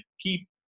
keep